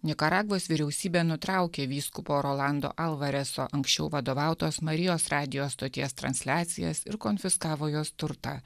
nikaragvos vyriausybė nutraukė vyskupo rolando alvarezo anksčiau vadovautos marijos radijo stoties transliacijas ir konfiskavo jos turtą